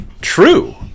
true